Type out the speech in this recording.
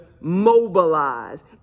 mobilize